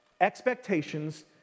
expectations